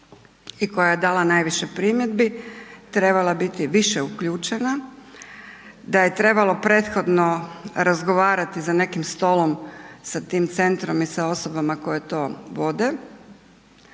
i koja je dala najviše primjedbi trebala biti više uključena, da je trebalo prethodno razgovarati za nekim stolom sa tim centrom i sa tim osobama koje to vode,